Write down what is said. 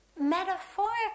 metaphorically